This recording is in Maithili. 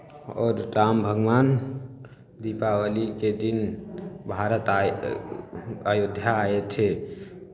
आओर राम भगवान दीपावलीके दिन भारत आए अयोध्या आए थे